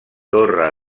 torre